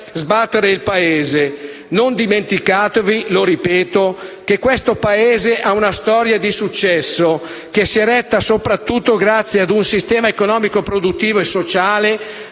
sbattere il Paese. Non dimenticate - lo ribadisco - che questo Paese ha una storia di successo che si è retta soprattutto grazie ad un sistema economico, produttivo e sociale